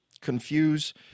confuse